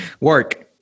Work